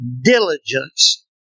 diligence